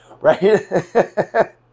Right